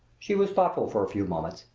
she was thoughtful for a few moments,